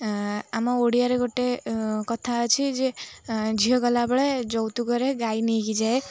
ଆମ ଓଡ଼ିଆରେ ଗୋଟେ କଥା ଅଛି ଯେ ଝିଅ ଗଲାବେଳେ ଯୌତୁକରେ ଗାଈ ନେଇକି ଯାଏ